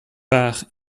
par